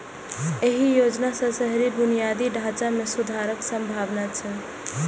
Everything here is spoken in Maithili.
एहि योजना सं शहरी बुनियादी ढांचा मे सुधारक संभावना छै